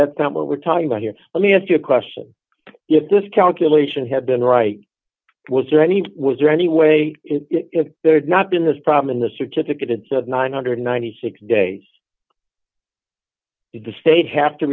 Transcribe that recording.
that's not what we're talking about here let me ask you a question if this calculation had been right was there any was there any way if there had not been this problem in the certificates of nine hundred and ninety six days the state have to